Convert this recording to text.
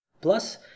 Plus